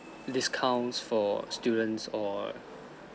discounts for students or